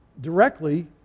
directly